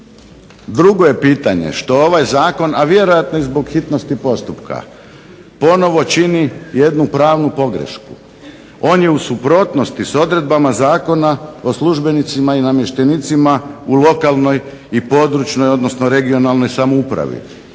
Drugo je pitanje što ovaj Zakon, a vjerojatno i zbog hitnosti postupka, ponovno čini jednu pravnu pogrešku. On je u suprotnosti s odredbama Zakona o službenicima i namještenicima u lokalnoj i područnoj odnosno regionalnoj samoupravi,